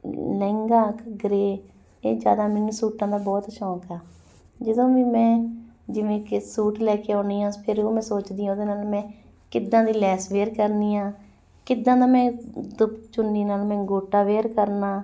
ਲਹਿੰਗਾ ਘੱਗਰੇ ਇਹ ਜ਼ਿਆਦਾ ਮੈਨੂੰ ਸੂਟਾਂ ਦਾ ਬਹੁਤ ਸ਼ੌਂਕ ਆ ਜਦੋਂ ਵੀ ਮੈਂ ਜਿਵੇਂ ਕਿ ਸੂਟ ਲੈ ਕੇ ਆਉਂਦੀ ਹਾਂ ਫਿਰ ਉਹ ਮੈਂ ਸੋਚਦੀ ਹਾਂ ਉਹਦੇ ਨਾਲ ਮੈਂ ਕਿੱਦਾਂ ਦੀ ਲੈਸ ਵੇਅਰ ਕਰਨੀ ਆ ਕਿੱਦਾਂ ਦਾ ਮੈਂ ਦੁ ਚੁਨੀ ਨਾਲ ਮੈਂ ਗੋਟਾ ਵੇਅਰ ਕਰਨਾ